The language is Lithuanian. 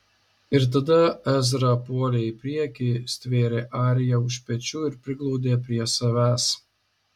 ir tada ezra puolė į priekį stvėrė ariją už pečių ir priglaudė prie savęs